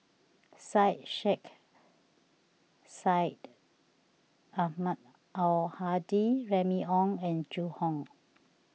Syed Sheikh Syed Ahmad Al Hadi Remy Ong and Zhu Hong